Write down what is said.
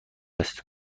است